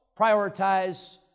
prioritize